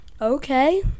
Okay